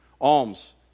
Alms